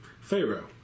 Pharaoh